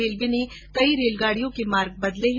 railway ने कई गाडियों के मार्ग बदले हैं